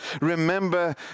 Remember